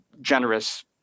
generous